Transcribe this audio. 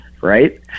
Right